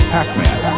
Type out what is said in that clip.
Pac-Man